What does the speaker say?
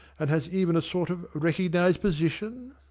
and has even a sort of recognised position!